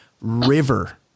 river